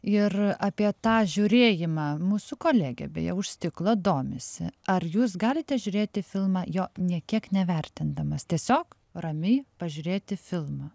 ir apie tą žiūrėjimą mūsų kolegė beje už stiklo domisi ar jūs galite žiūrėti filmą jo nė kiek nevertindamas tiesiog ramiai pažiūrėti filmą